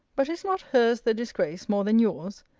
but is not hers the disgrace, more than yours?